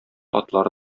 атлары